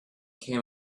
came